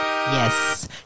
Yes